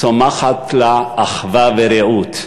צומחת לה אחווה ורעות.